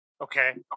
Okay